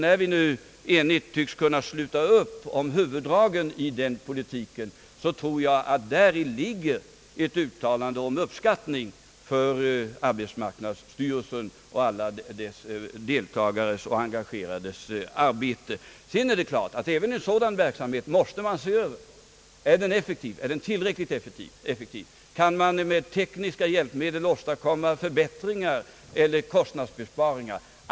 När vi nu enigt tycks kunna sluta upp kring hu vuddragen i den politiken, tror jag att däri ligger ett uttalande om uppskattning av det arbete som utförts av arbetsmarknadsstyrelsen och alla dem som deltagit och varit engagerade. Sedan är det klart att man måste se över även en sådan verksamhet. är den tillräckligt effektiv? Kan man med tekniska hjälpmedel åstadkomma förbättringar eller kostnadsbesparingar?